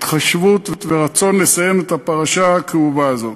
התחשבות ורצון לסיים את הפרשה הכאובה הזאת.